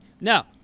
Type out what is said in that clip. Now